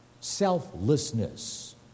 selflessness